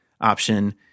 option